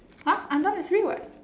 !huh! I'm not that free what